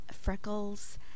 freckles